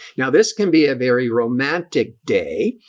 now, this can be a very romantic day.